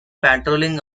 patrolling